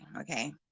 okay